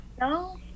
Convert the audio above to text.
No